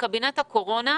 בקבינט הקורונה,